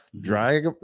Drag